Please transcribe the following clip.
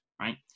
Right